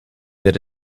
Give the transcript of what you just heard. that